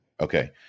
Okay